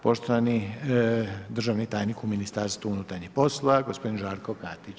Poštovani državni tajnik u ministarstvu unutarnjih poslova gospodin Žarko Katić.